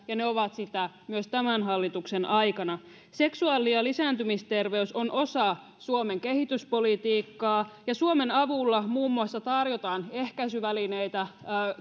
ja ne ovat sitä myös tämän hallituksen aikana seksuaali ja lisääntymisterveys on osa suomen kehityspolitiikkaa ja suomen avulla muun muassa tarjotaan ehkäisyvälineitä